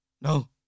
No